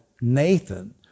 Nathan